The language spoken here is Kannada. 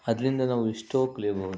ಅದರಿಂದ ನಾವು ಎಷ್ಟೋ ಕಲಿಯಬಹುದು